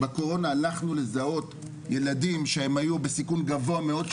בקורונה הלכנו לזהות ילדים שהם היו בסיכון גבוה מאוד,